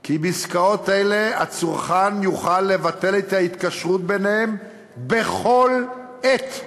כי בעסקאות אלה הצרכן יוכל לבטל את ההתקשרות בכל עת,